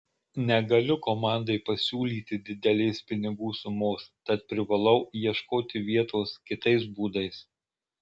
negaliu komandai pasiūlyti didelės pinigų sumos tad privalau ieškoti vietos kitais būdais